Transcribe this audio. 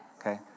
Okay